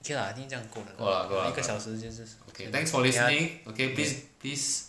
okay lah I think 够 liao lor 一个小时就是